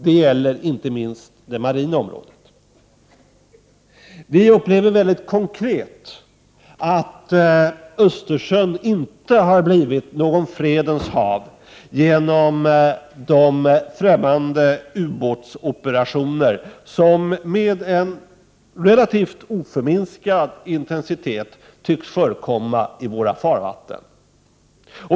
Det gäller inte minst på det marina området. Vi upplever mycket konkret att Östersjön inte har blivit något fredens hav, på grund av de främmande ubåtsoperationer som med en relativt oförminskad intensitet tycks förekomma i våra farvatten.